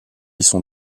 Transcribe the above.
sont